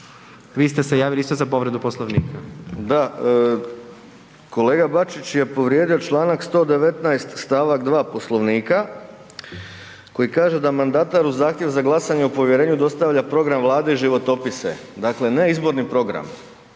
Vi ste javili isto za povredu Poslovnika? **Bauk, Arsen (SDP)** Da. Kolega Bačić je povrijedio čl. 119. stavak 2. Poslovnika koji kaže da mandatar uz zahtjev za glasanje o povjerenju dostavlja program Vlade i životopise. Dakle ne izborni program.